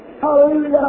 Hallelujah